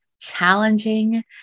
challenging